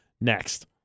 next